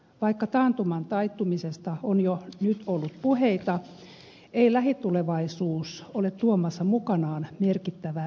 vaikka taantuman taittumisesta on jo nyt ollut puheita ei lähitulevaisuus ole tuomassa mukanaan merkittävää helpotusta